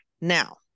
Now